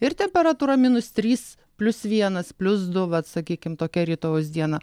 ir temperatūra minus trys plius vienas plius du vat sakykim tokia rytojaus dieną